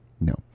No